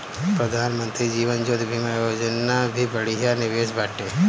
प्रधानमंत्री जीवन ज्योति बीमा योजना भी बढ़िया निवेश बाटे